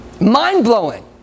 Mind-blowing